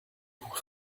pour